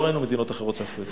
לא ראינו מדינות אחרות שעשו את זה.